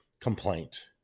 complaint